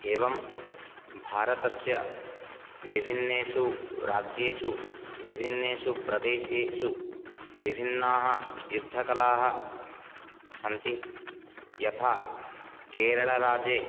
एवं भारतस्य विभिन्नेषु राज्येषु विभिन्नेषु प्रदेशेषु विभिन्नाः युद्धकलाः सन्ति यथा केरळराज्ये